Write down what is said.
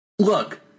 Look